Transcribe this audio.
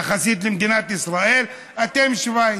יחסית למדינת ישראל, אתם שווייץ.